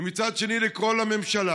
ומצד שני, לקרוא לממשלה